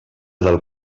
del